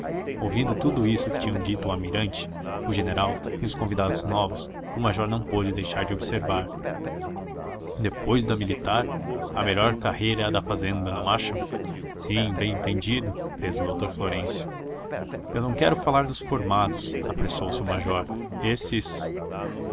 ouvindo tudo isso que tinham dito o almirante o general e os convidados novos o major não pôde deixar de observar depois da militar a melhor carreira é a da fazenda não acham sim bem entendido fez o doutor florêncio eu não quero falar dos formados apressou-se o major esses